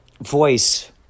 voice